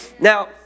Now